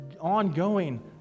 ongoing